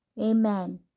Amen